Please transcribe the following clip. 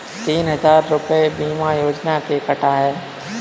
तीन हजार रूपए बीमा योजना के कटा है